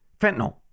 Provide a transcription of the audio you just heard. fentanyl